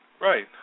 right